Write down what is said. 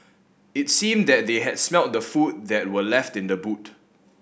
it seemed that they had smelt the food that were left in the boot